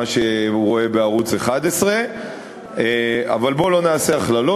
מה שהוא רואה בערוץ 1. אבל בואו לא נעשה הכללות.